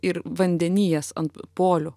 ir vandeny jas ant polių